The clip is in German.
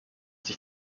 sich